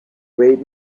read